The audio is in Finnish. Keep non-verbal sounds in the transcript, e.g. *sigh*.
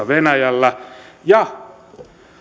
*unintelligible* venäjällä ja